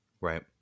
Right